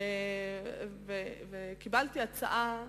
קיבלתי הצעה,